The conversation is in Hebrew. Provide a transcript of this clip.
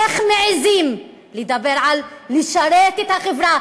איך מעזים לדבר על לשרת את החברה?